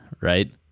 right